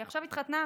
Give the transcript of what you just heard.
היא עכשיו התחתנה,